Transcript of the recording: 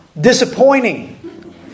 disappointing